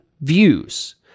views